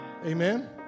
Amen